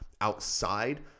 outside